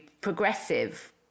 progressive